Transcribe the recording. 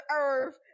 earth